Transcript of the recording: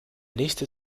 nächste